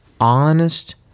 honest